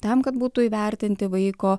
tam kad būtų įvertinti vaiko